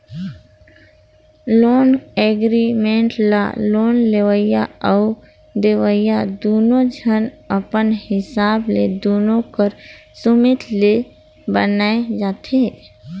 loan agreement ल loan लेवइया अउ देवइया दुनो झन अपन हिसाब ले दुनो कर सुमेत ले बनाए जाथें